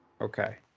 Okay